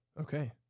Okay